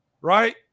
right